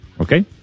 Okay